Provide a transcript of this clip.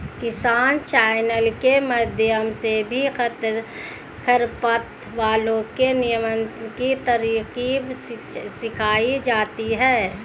किसान चैनल के माध्यम से भी खरपतवारों के नियंत्रण की तरकीब सिखाई जाती है